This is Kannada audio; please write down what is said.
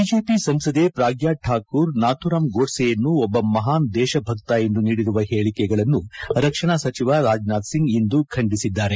ಬಿಜೆಪಿ ಸಂಸದೆ ಪ್ರಾಗ್ಯಾ ಠಾಕೂರ್ ನಾಥೂರಾಂ ಗೋಡ್ಸೆಯನ್ನು ಒಬ್ಬ ಮಹಾನ್ ದೇಶಭಕ್ತ ಎಂದು ನೀಡಿರುವ ಹೇಳಿಕೆಗಳನ್ನು ರಕ್ಷಣಾ ಸಚಿವ ರಾಜನಾಥ್ ಸಿಂಗ್ ಇಂದು ಖಂಡಿಸಿದ್ದಾರೆ